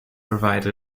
provide